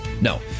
No